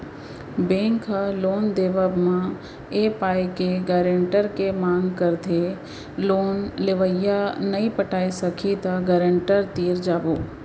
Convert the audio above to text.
bank ह loan देवब म ए पाय के गारेंटर के मांग करथे लोन लेवइया नइ पटाय सकही त गारेंटर तीर जाबो